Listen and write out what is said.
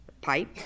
pipe